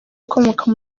ukomoka